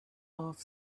off